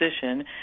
position